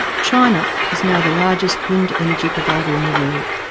china is now the largest wind energy provider in the world.